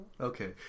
Okay